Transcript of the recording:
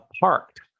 parked